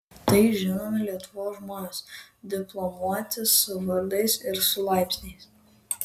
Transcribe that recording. tai žinomi lietuvos žmonės diplomuoti su vardais ir su laipsniais